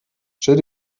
stell